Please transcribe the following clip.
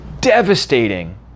devastating